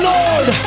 Lord